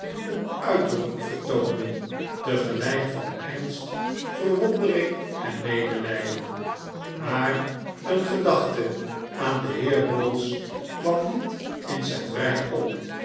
een uitdrukking vertoonde tegelijk van ernst verwondering en medelijden maar een gedachte aan den heer bowls kwam niet in zijn brein op